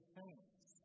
thanks